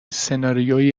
سناریویی